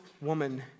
woman